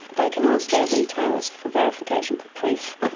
they can ask their retailers for verification, for proof,